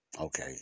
Okay